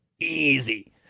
easy